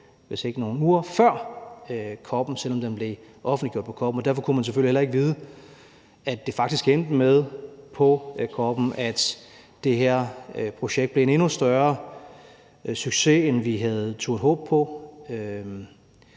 hvis ikke nogle uger før COP'en, selv om den blev offentliggjort på COP'en, og derfor kunne man selvfølgelig heller ikke vide, at det på COP'en faktisk endte med, at det her projekt blev en endnu større succes, end vi havde turdet håbe på.